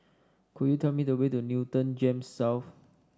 could you tell me the way to Newton Gems South